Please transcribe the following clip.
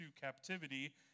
captivity